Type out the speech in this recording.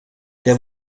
der